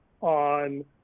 on